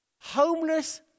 homeless